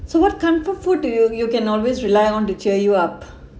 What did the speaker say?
so what comfort food do you you can always rely on to cheer you up